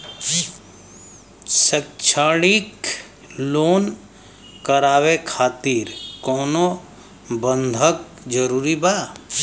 शैक्षणिक लोन करावे खातिर कउनो बंधक जरूरी बा?